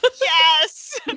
Yes